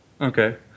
Okay